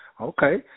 Okay